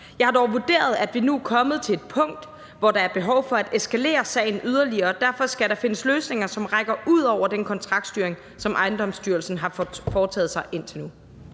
Jeg har dog vurderet, at vi nu er kommet til punkt, hvor der er behov for at eskalere sagen yderligere, og derfor skal der findes løsninger, som rækker ud over den kontraktstyring, som Ejendomsstyrelsen har foretaget indtil nu.